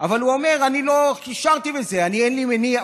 אבל הוא אומר: אני לא קישרתי בזה, אין לי מניע.